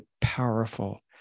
powerful